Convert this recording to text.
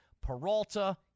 Peralta